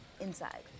inside